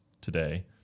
today